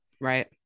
Right